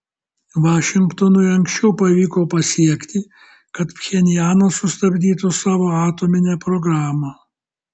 vašingtonui anksčiau pavyko pasiekti kad pchenjanas sustabdytų savo atominę programą